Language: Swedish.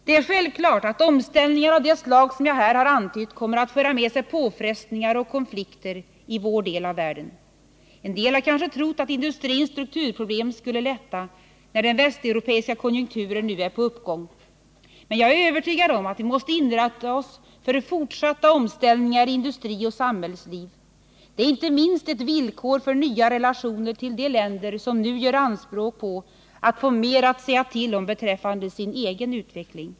Det är självklart att omställningar av det slag som jag här har antytt kommer att föra med sig påfrestningar och konflikter i vår del av världen. En del har kanske trott att industrins strukturproblem skall lätta när den västeuropeiska konjunkturen nu är på uppgång. Men jag är övertygad om att vi måste inrätta oss för fortsatta omställningar i industri och samhällsliv — det är inte minst ett villkor för nya relationer till de länder som nu gör anspråk på att få mer att säga till om beträffande sin egen utveckling.